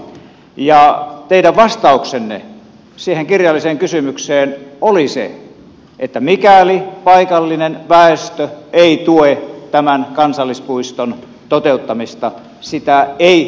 teidän vastauksenne siihen kirjalliseen kysymykseen oli se että mikäli paikallinen väestö ei tue tämän kansallispuiston toteuttamista sitä ei tulla tekemään